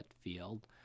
field